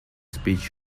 speech